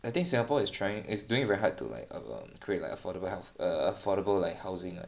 I think Singapore is trying is doing very hard to like create like affordable health err affordable like housing ah